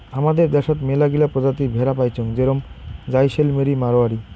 হামাদের দ্যাশোত মেলাগিলা প্রজাতির ভেড়া পাইচুঙ যেরম জাইসেলমেরি, মাড়োয়ারি